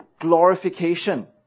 glorification